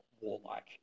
warlike